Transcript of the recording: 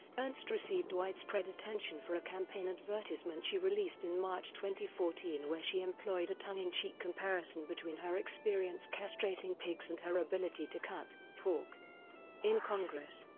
ernst received widespread attention for a campaign advertisement she released in march fourteen where she employed a tongue-in-cheek comparison between her experience castrating pigs and her ability to cut pork in congress.